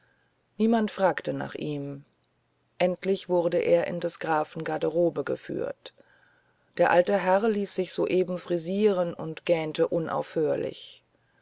niemand fragte nach ihm endlich wurde er in des grafen garderobe geführt der alte herr ließ sich soeben frisieren und gähnte unaufhörlich